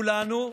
של כולנו,